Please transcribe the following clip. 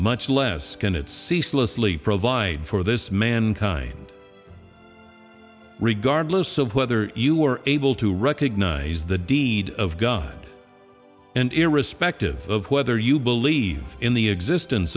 much less can its ceaseless leap provide for this mankind regardless of whether you were able to recognize the deed of god and irrespective of whether you believe in the existence